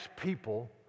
people